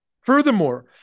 Furthermore